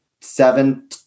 Seven